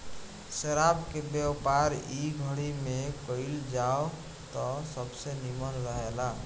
शराब के व्यापार इ घड़ी में कईल जाव त सबसे निमन रहेला